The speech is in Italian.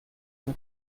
una